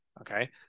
Okay